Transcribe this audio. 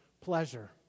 pleasure